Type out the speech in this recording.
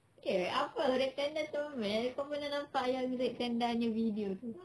eh apa red panda comel kau pernah nampak yang red panda punya video tu